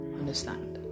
understand